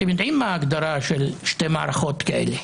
אתם יודעים מה ההגדרה של שתי מערכות כאלה.